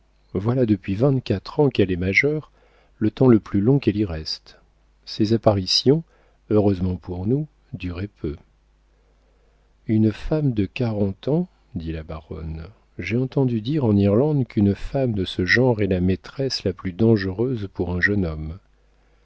voilà depuis vingt-quatre ans qu'elle est majeure le temps le plus long qu'elle y reste ses apparitions heureusement pour nous duraient peu une femme de quarante ans dit la baronne j'ai entendu dire en irlande qu'une femme de ce genre est la maîtresse la plus dangereuse pour un jeune homme